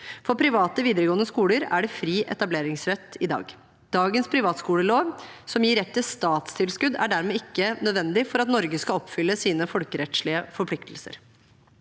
For private videregående skoler er det fri etableringsrett i dag. Dagens privatskolelov, som gir rett til statstilskudd, er dermed ikke nødvendig for at Norge skal oppfylle sine folkerettslige forpliktelser.